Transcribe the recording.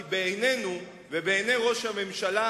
כי בעינינו ובעיני ראש הממשלה,